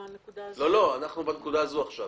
אתם מוסיפים עכשיו